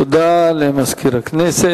תודה לסגן מזכיר הכנסת.